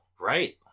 Right